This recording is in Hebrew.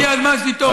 הגיע הזמן שתתעוררו.